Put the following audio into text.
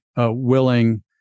willing